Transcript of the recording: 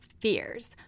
fears